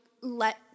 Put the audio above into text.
let